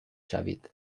شوید